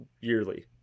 yearly